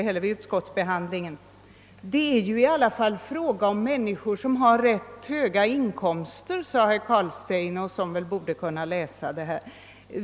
Herr Carlstein sade att det ju i alla fall är fråga om människor som har rätt höga inkomster och som väl borde kunna läsa det här.